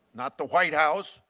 not the white house,